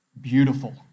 beautiful